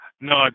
No